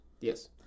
Yes